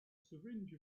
syringe